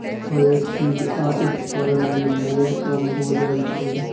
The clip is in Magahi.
हरेक चीज आ उपकरण में मोल कम हो जाइ छै